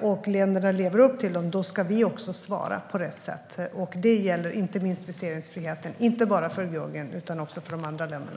och länderna lever upp till dem, då ska vi också svara på rätt sätt. Det gäller inte minst viseringsfriheten, inte bara för Georgien utan också för de andra länderna.